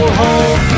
home